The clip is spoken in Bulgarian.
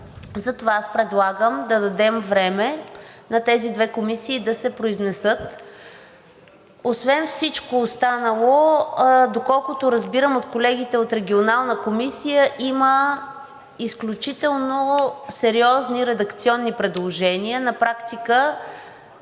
затова аз предлагам да дадем време на тези две комисии да се произнесат. Освен всичко останало, доколкото разбирам от колегите от Регионалната комисия, има изключително сериозни редакционни предложения. На практика